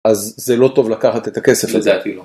אז זה לא טוב לקחת את הכסף הזה. לדעתי לא.